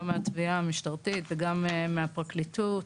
גם מהתביעה המשטרתית וגם מהפרקליטות